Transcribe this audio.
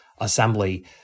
assembly